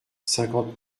cinquante